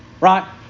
right